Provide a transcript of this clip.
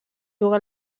juga